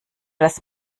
das